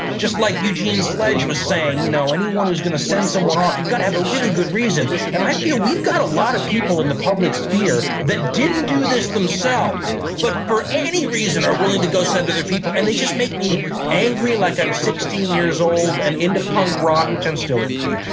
just like eugene sledge was saying, you know anyone who's going to send someone off, you've got to have a really good reason. and i feel we've got a lot of people in the public sphere who didn't do this themselves. but for any reason are willing to go send other people. and they just make me angry like i'm sixteen years old and into punk rock, which i'm still into.